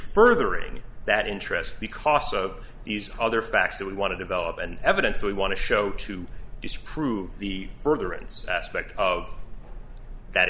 furthering that interest because of these other facts that we want to develop and evidence we want to show to disprove the furtherance aspect of that